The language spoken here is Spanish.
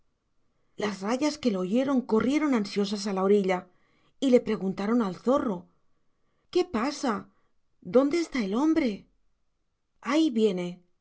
las rayas que lo oyeron corrieron ansiosas a la orilla y le preguntaron al zorro qué pasa dónde está el hombre ahí viene